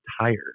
tired